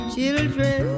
Children